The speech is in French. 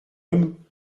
homme